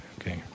okay